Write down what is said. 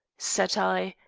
said i,